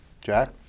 Jack